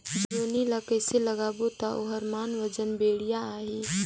जोणी ला कइसे लगाबो ता ओहार मान वजन बेडिया आही?